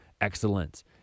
excellence